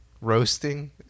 Roasting